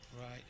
Right